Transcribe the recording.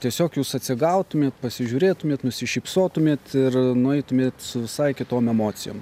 tiesiog jūs atsigautumėt pasižiūrėtumėt nusišypsotumėt ir nueitumėt su visai kitom emocijom